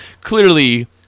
clearly